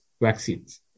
vaccines